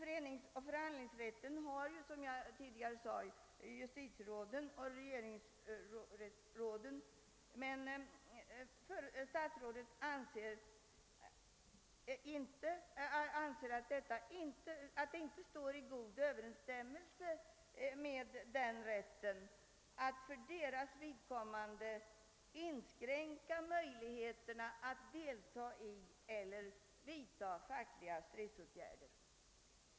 Föreningsoch förhandlingsrätt har justitieråden och regeringsråden, som jag tidigare sade, men statsrådet anser att det inte står i god överensstämmelse med den rätten att för dessa kategoriers vidkommande inskränka möjligheterna att delta i eller vidta fackliga stridsåtgärder.